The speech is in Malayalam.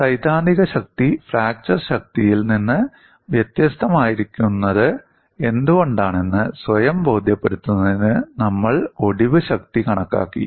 സൈദ്ധാന്തിക ശക്തി ഫ്രാക്ചർ ശക്തിയിൽ നിന്ന് വ്യത്യസ്തമായിരിക്കുന്നത് എന്തുകൊണ്ടാണെന്ന് സ്വയം ബോധ്യപ്പെടുത്തുന്നതിന് നമ്മൾ ഒടിവ് ശക്തി കണക്കാക്കി